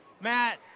Matt